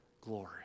glory